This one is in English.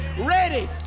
ready